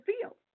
feel